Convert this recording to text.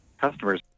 customers